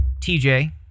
TJ